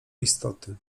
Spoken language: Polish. istoty